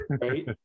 right